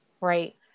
right